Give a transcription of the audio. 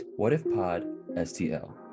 WhatIfPodSTL